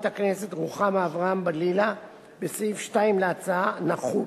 הכנסת רוחמה אברהם-בלילא בסעיף 2 להצעה נחוץ.